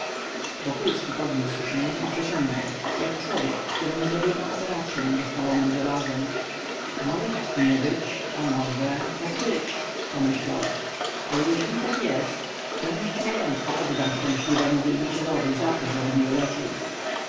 wokulski podniósł się i przeciągnął jak człowiek któremu zrobiono operacyą rozpalonem żelazem może tak nie być a może tak być pomyślał ale jeżeli tak jest część majątku oddam szczęśliwemu wielbicielowi zato że mnie wyleczył